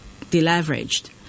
deleveraged